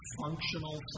functional